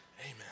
Amen